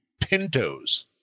Pintos